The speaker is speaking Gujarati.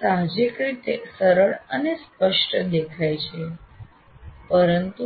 આ સાહજિક રીતે સરળ અને સ્પષ્ટ દેખાય છે પરંતુ